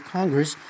Congress